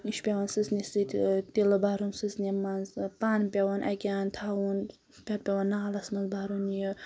یہِ چھُ پیٚوان سٕژنہِ سۭتۍ تِلہٕ بَرُن سٕژنہِ منٛز پَن پیٚوان اَکہِ اَنٛد تھَاوُن پَتہٕ پیٚوان نالَس منٛز بَرُن یہِ